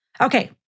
Okay